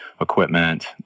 equipment